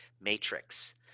matrix